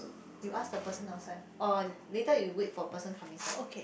you ask the person outside or later you wait for person come inside